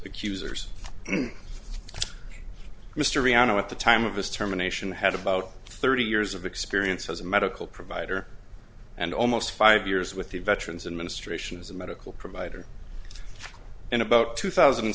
accusers mystery on him at the time of his terminations i had about thirty years of experience as a medical provider and almost five years with the veterans administration as a medical provider in about two thousand